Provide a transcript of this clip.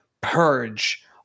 purge